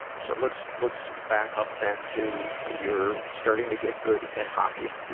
so, let's, let's back up then to you're starting to get good at hockey.